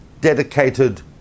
dedicated